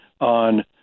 on